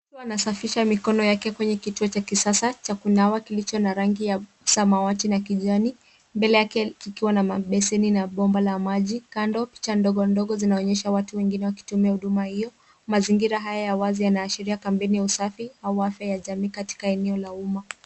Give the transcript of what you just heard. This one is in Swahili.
Mtu anasafisha mikona ya kwenye kituo cha kisasa cha kunawa kilicho na rangi ya samwati na kijani mbele yake kikiwa na besini na bomba la maji. Kando picha ndogo ndogo zinaonyesha watu wengine wakitumia huduma hio. Mazingira haya ya wazi yanaashiria kampeni ya usafi au afya ya jamii katika eneo la umma.